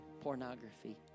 pornography